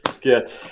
get